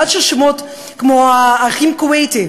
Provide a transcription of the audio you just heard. עד ששמות כמו האחים אל-כוויתי,